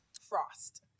Frost